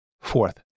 Fourth